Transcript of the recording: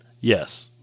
Yes